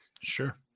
sure